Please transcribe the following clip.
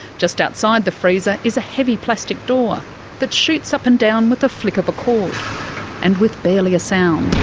just outside the freezer is a heavy plastic door that shoots up and down with the flick of a cord and with barely a sound.